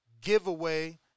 giveaway